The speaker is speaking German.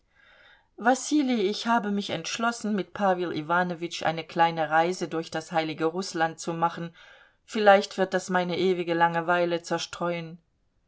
wassilij ich habe mich entschlossen mit pawel iwanowitsch eine kleine reise durch das heilige rußland zu machen vielleicht wird das meine ewige langweile zerstreuen